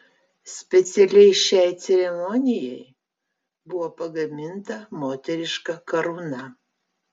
specialiai šiai ceremonijai buvo pagaminta moteriška karūna